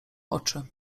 oczy